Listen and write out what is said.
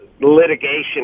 litigation